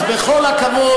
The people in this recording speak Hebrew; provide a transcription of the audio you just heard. אז בכל הכבוד,